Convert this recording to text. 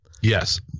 yes